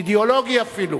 אידיאולוגי אפילו,